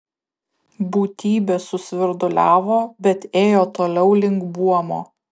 būtybė susvirduliavo bet ėjo toliau link buomo